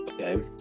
Okay